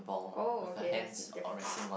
oh okay that's different